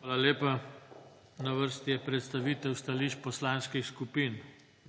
Hvala lepa. Na vrsti je predstavitev stališč poslanskih skupin.